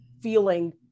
feeling